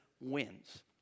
wins